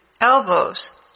elbows